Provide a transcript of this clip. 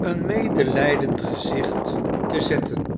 een medelijdend gezicht te zetten